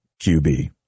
QB